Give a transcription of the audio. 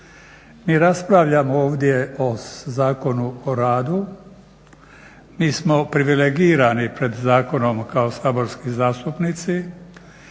Mi raspravljamo ovdje o Zakonu o radu, mi smo privilegirani pred zakonom kao saborski zastupnici,